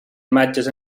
imatges